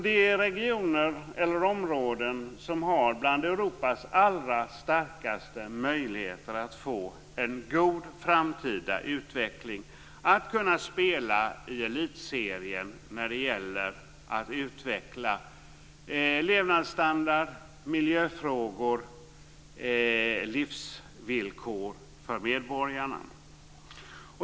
Det är områden som har bland Europas allra starkaste möjligheter att få en god framtida utveckling, att spela i elitserien när det gäller att utveckla levnadsstandard, miljöfrågor och livsvillkor för medborgarna.